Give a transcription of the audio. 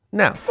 now